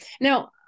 now